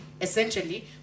essentially